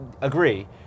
Agree